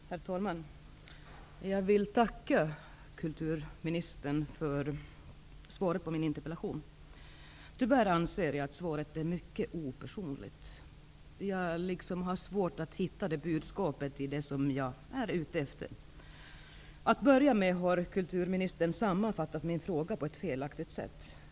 Herr talman! Jag vill tacka kulturministern för svaret på min interpellation. Tyvärr anser jag att svaret är mycket opersonligt. Jag har svårt att hitta det budskap som jag är ute efter. Till att börja med har kulturministern sammanfattat min fråga på ett felaktigt sätt.